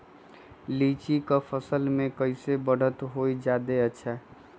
लिचि क फल म कईसे बढ़त होई जादे अच्छा?